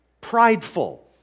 prideful